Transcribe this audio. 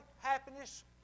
happiness